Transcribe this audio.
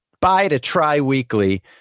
buy-to-try-weekly